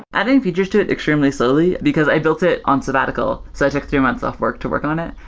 adding features to it extremely slowly, because i built it on sabbatical. so i took three months off work to work on it,